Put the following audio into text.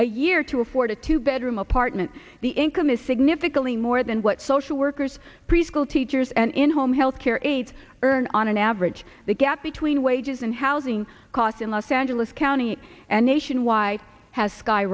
a year to afford a two bedroom apartment the income is significantly more than what social workers preschool teachers and in home health care aides earn on an average the gap between wages and housing costs in los angeles county and nationwide has sky